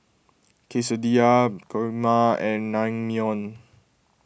Quesadillas Kheema and Naengmyeon